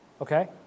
Okay